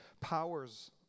powers